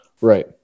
Right